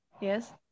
Yes